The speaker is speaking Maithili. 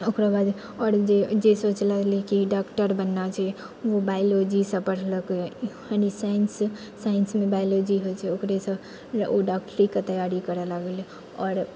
ओकरो बाद आओर जे सोचलो रहै कि डॉक्टर बनना छै ओ बायोलॉजीसँ पढ़लकै यानि साइन्समे बायोलॉजी होइ छै ओकरेसँ ओ डॉक्टरीके तैयारी करै लागलै आओर